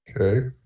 Okay